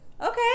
okay